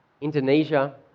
Indonesia